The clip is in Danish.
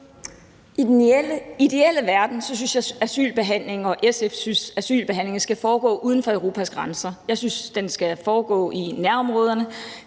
I den ideelle verden, synes jeg og SF, skal asylbehandlingen foregå uden for Europas grænser. Jeg synes, at den skal foregå i nærområderne.